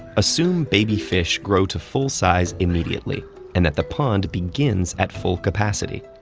assume baby fish grow to full size immediately and that the pond begins at full capacity,